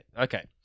okay